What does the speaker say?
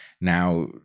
now